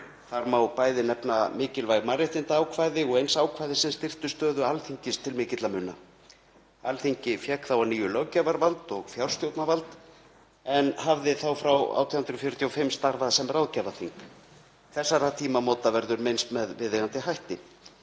Þar má bæði nefna mikilvæg mannréttindaákvæði og eins ákvæði sem styrktu stöðu Alþingis til mikilla muna. Alþingi fékk þá að nýju löggjafarvald og fjárstjórnarvald, en hafði þá frá 1845 starfað sem ráðgjafarþing. Þessara tímamóta verður minnst með viðeigandi hætti.